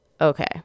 Okay